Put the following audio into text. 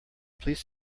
please